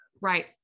Right